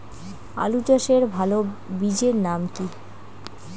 আলু চাষের ভালো বীজের নাম কি?